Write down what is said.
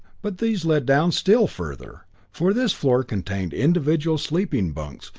but these led down still further, for this floor contained individual sleeping bunks,